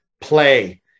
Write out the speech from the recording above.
play